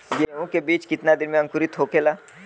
गेहूँ के बिज कितना दिन में अंकुरित होखेला?